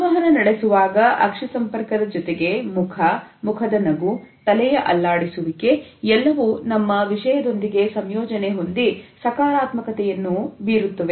ಸಂವಹನ ನಡೆಸುವಾಗ ಅಕ್ಷಿ ಸಂಪರ್ಕದ ಜೊತೆಗೆ ಮುಖ ಮುಖದ ನಗು ತಲೆಯ ಅಲ್ಲಾಡಿಸುವಿಕೆ ಎಲ್ಲವೂ ನಮ್ಮ ವಿಷಯದೊಂದಿಗೆ ಸಂಯೋಜನೆ ಹೊಂದಿ ಸಕಾರಾತ್ಮಕಥೆಯನ್ನು ಬೀರುತ್ತವೆ